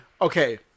okay